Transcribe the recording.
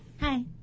hi